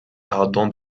ardents